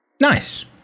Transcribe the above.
nice